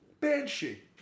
Banshee